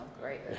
great